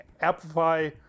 amplify